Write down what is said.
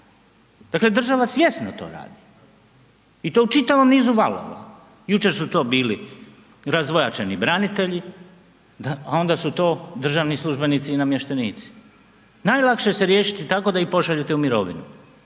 Dakle država svjesno to radi u to u čitavom nizu valova. Jučer su to bili razvojačeni branitelji, a onda su to državni službenici i namještenici. Najlakše ih se riješiti tako da ih pošaljete u mirovinu,